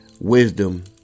wisdom